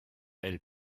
elle